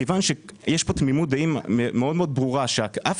מכיוון שיש פה תמימות דעים מאוד מאוד ברורה שאף